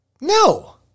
No